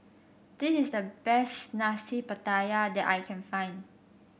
this is the best Nasi Pattaya that I can find